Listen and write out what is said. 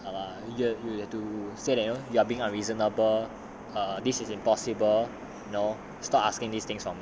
err you you have to say that you know you are being unreasonable err this is impossible you know stop asking these things wrong